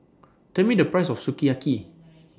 Tell Me The Price of Sukiyaki